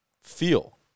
feel